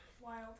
Wild